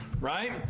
right